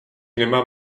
nemám